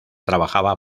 trabajaba